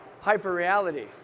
Hyper-reality